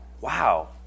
Wow